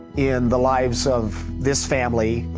in the lives of this family,